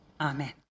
Amen